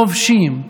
כובשים,